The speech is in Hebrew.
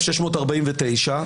ב-1649,